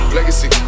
Legacy